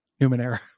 Numenera